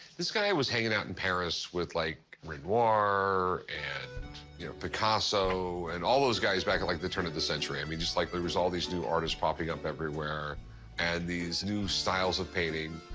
this guy was hanging out in paris with, like, renoir and you know picasso and all those guys back at, like, the turn of the century. i mean, just, like, there was all these new artists popping up everywhere and these new styles of painting.